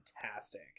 fantastic